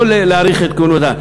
לא להאריך את כהונתם,